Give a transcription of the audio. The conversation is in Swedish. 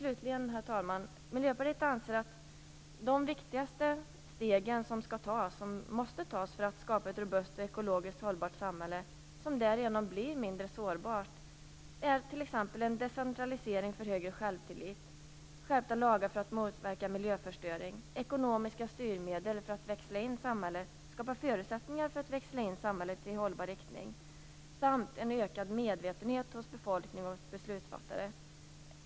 Slutligen, herr talman, anser Miljöpartiet att några av de viktigaste steg som måste tas för att skapa ett robust och ekologiskt hållbart samhälle, som därigenom blir mindre sårbart, är en decentralisering för högre självtillit, skärpta lagar för att motverka miljöförstöring, ekonomiska styrmedel för att skapa förutsättningar för att växla in samhället i en hållbar riktning samt åstadkommande av en ökad medvetenhet hos befolkning och beslutsfattare.